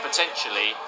Potentially